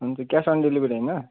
हुन्छ cash on delivery हुँदैन